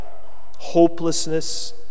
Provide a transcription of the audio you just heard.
hopelessness